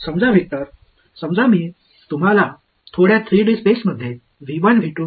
समजा वेक्टर समजा मी तुम्हाला थोड्या थ्री डी स्पेसमधे असे व्हेक्टर दिले बरोबर